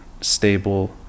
stable